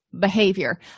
behavior